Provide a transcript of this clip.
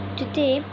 Today